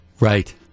Right